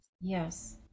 Yes